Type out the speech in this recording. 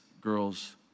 girl's